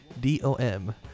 D-O-M